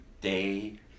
day